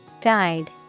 Guide